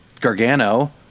Gargano